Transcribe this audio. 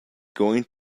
going